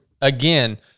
again